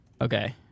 okay